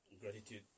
gratitude